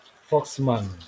Foxman